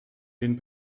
den